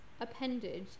appendage